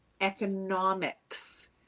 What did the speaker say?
economics